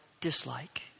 dislike